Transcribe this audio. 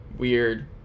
weird